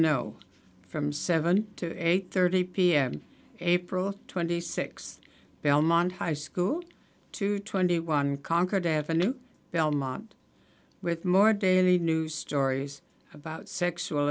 know from seven to eight thirty pm april twenty sixth belmont high school to twenty one concord ave belmont with more daily news stories about sexual